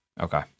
Okay